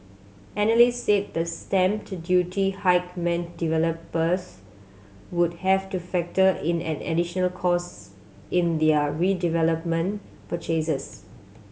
analysts said the stamp duty hike meant developers would have to factor in an additional cost in their redevelopment purchases